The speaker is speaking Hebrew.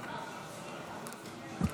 נגד.